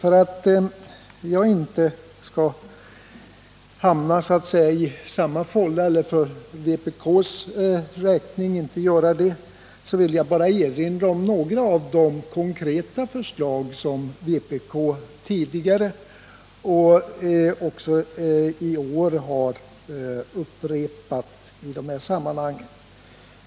För att jag inte som vpk:are skall hamna i samma fålla vill jag bara erinra om några av de konkreta förslag som vpk tidigare och också i år har upprepat i dessa sammanhang.